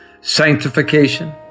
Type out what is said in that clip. sanctification